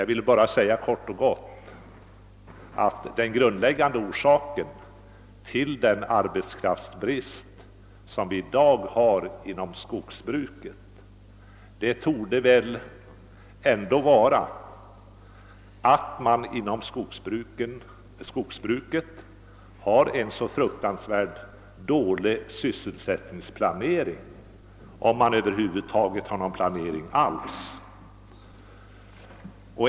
Jag vill bara kort och gott framhålla att den grundläggande orsaken till dagens arbetskraftsbrist inom skogsbruket ändå torde vara att man inom skogsbruket har en så fruktansvärt dålig sysselsättningsplanering, om det över huvud taget finns någon planering alls.